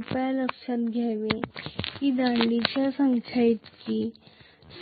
कृपया लक्षात घ्या की तेथे दांडीच्या संख्येइतकीच